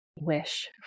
wish